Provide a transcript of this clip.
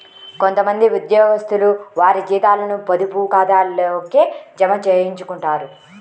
కొంత మంది ఉద్యోగస్తులు వారి జీతాలను పొదుపు ఖాతాల్లోకే జమ చేయించుకుంటారు